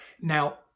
Now